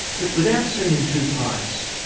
but without seeming too pious.